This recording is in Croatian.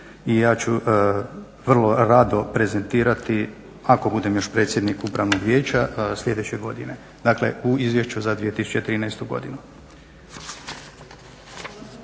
i ja ću vrlo rado prezentirati ako budem još predsjednik Upravnog vijeća, sljedeće godine, dakle u izvješću za 2013. godinu.